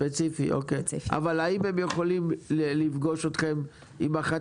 אבל האם הם יכולים לפגוש אתכם עם אחת